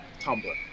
Tumblr